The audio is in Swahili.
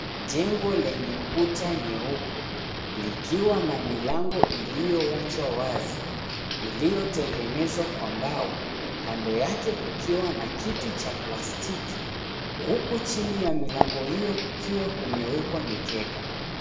Jengo lenye kuta nyeupe likiwa na milango iliyowachwa wazi iliyotengenezwa kwa mbao, kando yake kukiwa na kiti cha plastiki huku chini ya milango hiyo kumewekwa mikeka.